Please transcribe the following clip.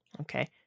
okay